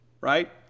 Right